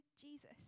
Jesus